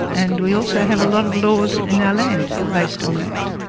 and we also have a lot of laws in our land based on that.